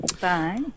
Bye